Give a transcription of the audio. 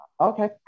Okay